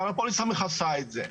כל פוליסה מכסה את זה.